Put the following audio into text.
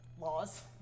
Laws